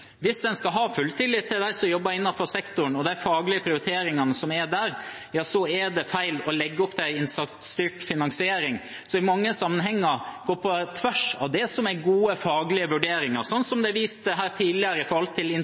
Hvis en skal ha full tillit til dem som jobber innenfor sektoren, og de faglige prioriteringene som er der, er det feil å legge opp til en innsatsstyrt finansiering, som i mange sammenhenger går på tvers av det som er gode, faglige vurderinger, som det er vist til her tidligere